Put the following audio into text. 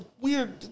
weird